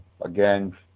Again